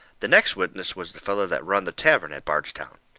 the next witness was the feller that run the tavern at bairdstown.